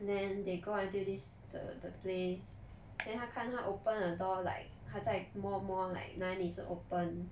then they go until this the the place then 她看她 open the door like 他在摸摸 like 哪里是 open